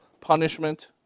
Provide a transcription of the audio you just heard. punishment